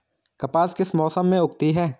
कपास किस मौसम में उगती है?